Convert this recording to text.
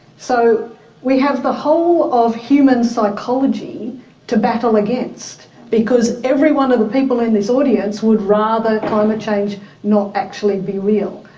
so we have the whole of human psychology to battle against because every one of the people in this audience would rather climate change not actually be real,